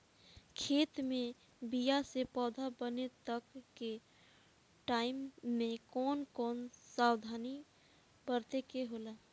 खेत मे बीया से पौधा बने तक के टाइम मे कौन कौन सावधानी बरते के होला?